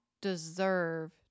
deserve